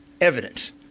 evidence